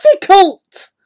difficult